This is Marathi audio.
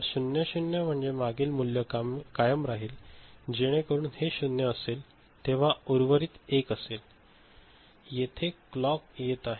तर 0 0 म्हणजे मागील मूल्य कायम राहील जेणेकरून हे 0 असेल तेव्हा उर्वरित 1 असेल आणि येथे क्लॉक येत आहे